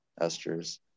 esters